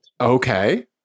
Okay